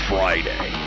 Friday